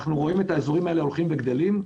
אנחנו רואים את האזורים האלה הולכים וגדלים,